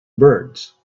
birds